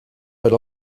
per